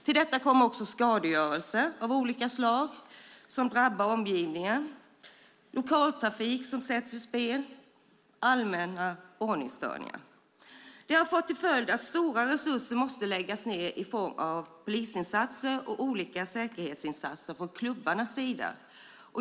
Till detta kommer också skadegörelse av olika slag som drabbar omgivningen. Lokaltrafiken sätts ur spel och det blir allmänna ordningsstörningar. Det har fått till följd att stora resurser måste läggas på polisinsatser och olika säkerhetsinsatser från klubbarnas sida.